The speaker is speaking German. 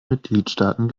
mitgliedstaaten